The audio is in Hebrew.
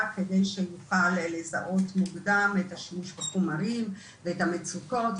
כדי שנוכל לזהות מוקדם את השימוש בחומרים ואת המצוקות,